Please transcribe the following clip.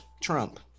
trump